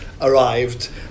arrived